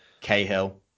Cahill